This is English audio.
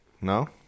No